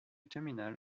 terminal